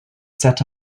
set